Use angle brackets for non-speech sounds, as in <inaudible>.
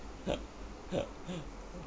<laughs>